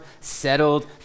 settled